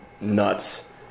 nuts